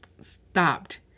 stopped